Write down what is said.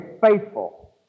faithful